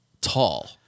tall